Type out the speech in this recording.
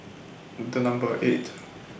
Number eight